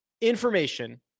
information